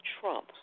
Trump